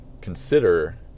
consider